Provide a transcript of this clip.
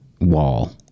wall